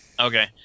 Okay